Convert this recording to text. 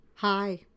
Hi